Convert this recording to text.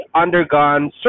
undergone